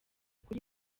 kuri